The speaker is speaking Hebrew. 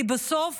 כי בסוף